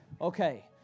Okay